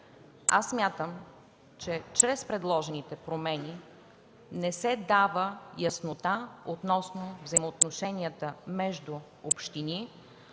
Аз смятам, че чрез предложените промени не се дава яснота относно взаимоотношенията между общини,